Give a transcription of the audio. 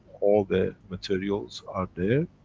all the materials are there.